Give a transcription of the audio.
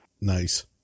Nice